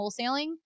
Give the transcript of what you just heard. wholesaling